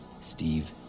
Steve